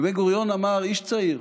ובן-גוריון אמר: איש צעיר,